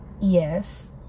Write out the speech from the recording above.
Yes